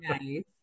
nice